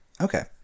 Okay